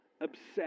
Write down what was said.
obsessed